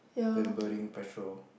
than burning petrol